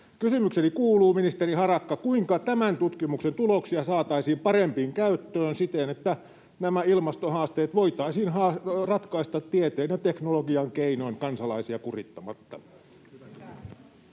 Kysymykseni kuuluu, ministeri Harakka: kuinka tämän tutkimuksen tuloksia saataisiin paremmin käyttöön siten, että nämä ilmastohaasteet voitaisiin ratkaista tieteen ja teknologian keinoin kansalaisia kurittamatta?